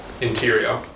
interior